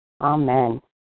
Amen